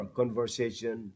conversation